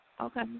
Okay